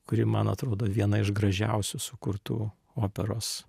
kuri man atrodo viena iš gražiausių sukurtų operos